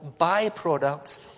byproducts